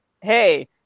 hey